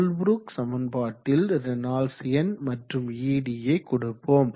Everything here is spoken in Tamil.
கோல்ப்ரூக் சமன்பாட்டில் ரேனால்ட்ஸ் எண் மற்றும் ed யை கொடுப்போம்